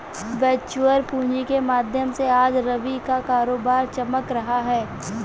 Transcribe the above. venture पूँजी के माध्यम से आज रवि का कारोबार चमक रहा है